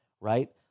right